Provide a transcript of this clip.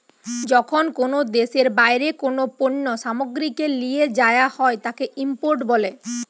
যখন কোনো দেশের বাইরে কোনো পণ্য সামগ্রীকে লিয়ে যায়া হয় তাকে ইম্পোর্ট বলে